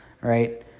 right